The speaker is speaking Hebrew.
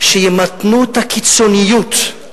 שימתנו את הקיצוניות,